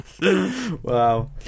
Wow